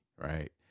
right